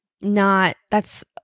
not—that's